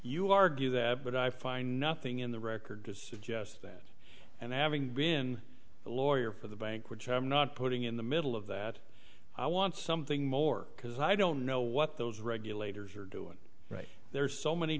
you argue that but i find nothing in the record to suggest that and having been a lawyer for the bank which i'm not putting in the middle of that i want something more because i don't know what those regulators are doing right there so many